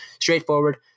straightforward